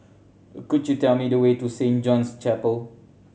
could you tell me the way to Saint John's Chapel